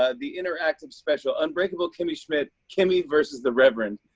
ah the interactive special, unbreakable kimmy schmidt kimmy vs. the reverend.